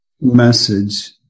message